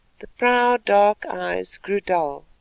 the proud dark eyes grew dull,